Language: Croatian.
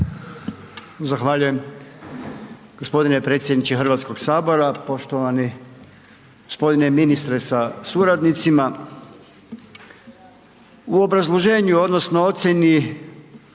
Zahvaljujem. Gospodine predsjedniče Hrvatskog sabora, poštovani gospodine ministre sa suradnicima. U obrazloženju odnosno u ocjeni